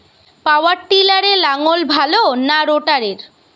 পাওয়ার টিলারে লাঙ্গল ভালো না রোটারের?